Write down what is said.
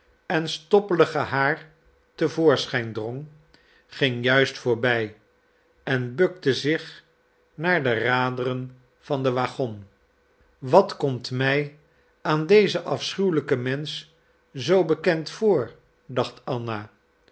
en stoppelige haar te voorschijn drong ging juist voorbij en bukte zich naar de raderen van den waggon wat komt mij aan dezen afschuwelijken mensch zoo bekend voor dacht anna